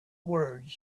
words